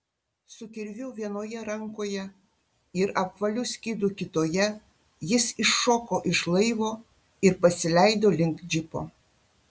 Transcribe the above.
su kirviu vienoje rankoje ir apvaliu skydu kitoje jis iššoko iš laivo ir pasileido link džipo